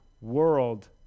world